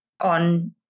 on